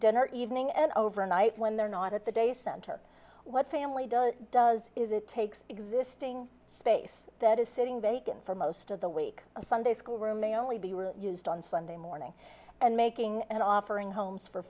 dinner evening and overnight when they're not at the day center what family does does is it takes existing space that is sitting vacant for most of the week a sunday school room may only be used on sunday morning and making an offering homes for